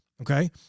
Okay